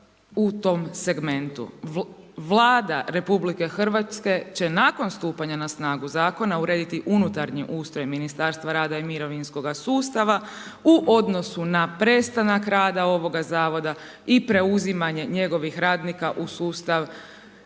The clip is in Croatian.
u tom segmentu. Vlada RH će nakon stupanja na snagu zakona urediti unutarnji ustroj Ministarstva rada i mirovinskoga sustava u odnosu na prestanak rada ovoga zavoda i preuzimanje njegovih radnika u sustav